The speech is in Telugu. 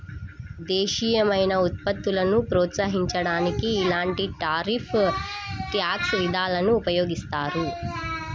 దేశీయమైన ఉత్పత్తులను ప్రోత్సహించడానికి ఇలాంటి టారిఫ్ ట్యాక్స్ విధానాలను ఉపయోగిస్తారు